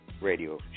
Radio